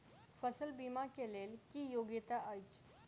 फसल बीमा केँ लेल की योग्यता अछि?